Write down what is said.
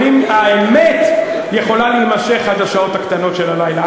האמת יכולה להימשך עד השעות הקטנות של הלילה,